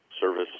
service